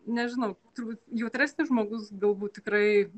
nežinau turbūt jautresnis žmogus galbūt tikrai